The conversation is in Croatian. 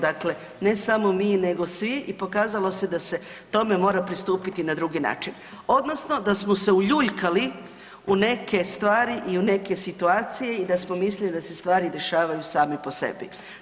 Dakle ne samo mi nego svi i pokazalo se da se tome mora pristupiti na drugi način odnosno da smo se uljuljkali u neke stvari i u neke situacije i da smo mislili da se stvari dešavaju same po sebi.